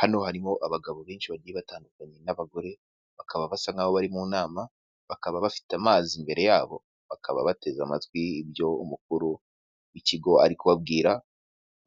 Hano harimo abagabo benshi bagiye batandukanye n'abagore bakaba basa nkaho bari mu nama bakaba bafite amazi imbere yabo bakaba bateze amatwi ibyo umukuru w'ikigo ari kubabwira